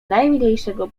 najmniejszego